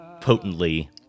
potently